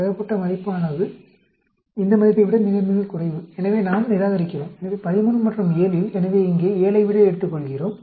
பெறப்பட்ட மதிப்பானது இந்த மதிப்பை விட மிகக் குறைவு எனவே நாம் நிராகரிக்கிறோம் எனவே 13 மற்றும் 7 இல் எனவே இங்கே 7 ஐ எடுத்துக்கொள்கிறோம்